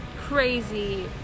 crazy